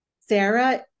Sarah